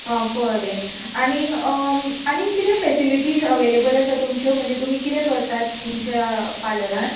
आं बरें आनीक आनीक कितें फॅसिलीटीज अवॅलेबल आसां तुमच्यो म्हणजे तुमी कितें करतात तुमच्या पार्लरांत